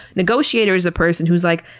negotiator is a person who is like,